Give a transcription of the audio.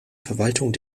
verwaltung